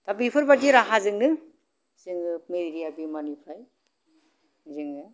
दा बेफोरबायदि राहाजोंनो जोङो मेलेरिया बेमारनिफ्राय जोङो